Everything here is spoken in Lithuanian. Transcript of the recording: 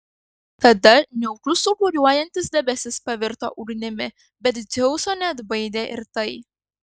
tada niaukus sūkuriuojantis debesis pavirto ugnimi bet dzeuso neatbaidė ir tai